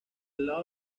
lado